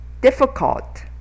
difficult